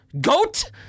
GOAT